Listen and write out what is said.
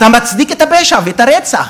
אתה מצדיק את הפשע ואת הרצח.